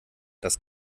das